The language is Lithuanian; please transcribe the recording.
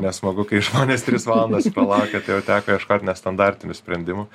nesmagu kai žmonės tris valandas palaukia tai jau teko ieškot nestandartinių sprendimų